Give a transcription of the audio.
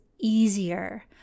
easier